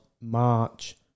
March